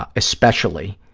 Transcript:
ah especially